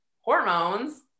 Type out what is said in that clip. hormones